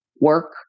work